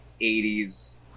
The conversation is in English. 80s